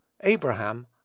Abraham